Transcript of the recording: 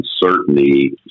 uncertainty